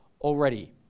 already